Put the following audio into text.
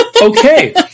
Okay